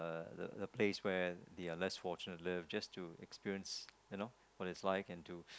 the the place where the less fortunate live just to experience you know what it's like and to